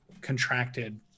contracted